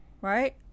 right